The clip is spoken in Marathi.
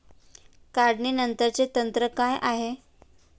काढणीनंतरचे तंत्र काय आहे?